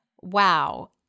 wow